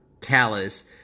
callous